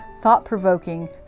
thought-provoking